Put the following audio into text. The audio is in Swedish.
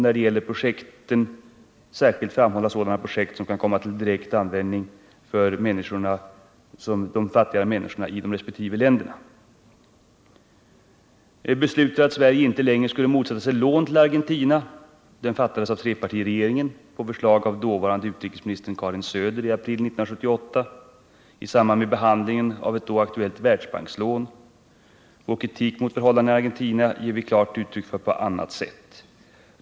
När det gäller projekten vill man särskilt framhålla sådana som kan komma till direkt användning för de Beslutet att Sverige inte längre skulle motsätta sig lån till Argentina fattades av trepartiregeringen på förslag av dåvarande utrikesministern Karin Söder i april 1978 i samband med behandlingen av ett då aktuellt Världsbankslån. Vår kritik mot förhållandena i Argentina ger vi klart uttryck åt på annat sätt.